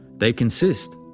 they consist,